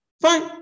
Fine